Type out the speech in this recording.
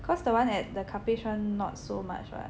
cause the [one] at the Cuppage [one] not so much [what]